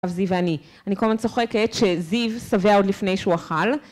זיו ואני. אני כל הזמן צוחקת שזיו שבע עוד לפני שהוא אכל.